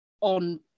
on